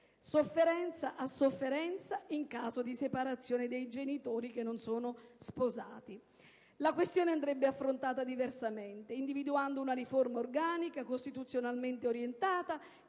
sofferenza a sofferenza, in caso di separazione dei genitori che non sono sposati. La questione andrebbe affrontata diversamente, individuando una riforma organica, costituzionalmente orientata,